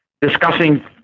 discussing